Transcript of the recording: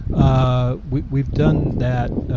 ah we've we've done that,